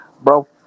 Bro